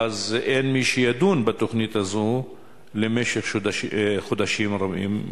אין מי שידון בתוכנית הזאת למשך חודשים רבים.